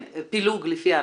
פילוג לפי הרמות.